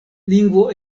lingvo